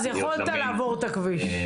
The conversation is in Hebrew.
אז יכולת לעבור את הכביש,